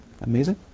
Amazing